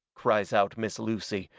cries out miss lucy,